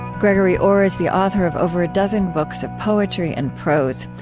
gregory orr is the author of over a dozen books of poetry and prose.